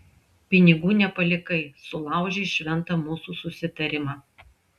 pinigų nepalikai sulaužei šventą mūsų susitarimą